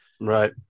right